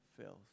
filth